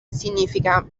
significa